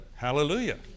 Hallelujah